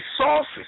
resources